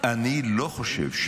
אני לא חושב,